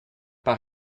pas